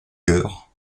cœurs